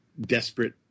desperate